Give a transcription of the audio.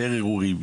יותר אירועים?